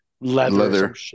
Leather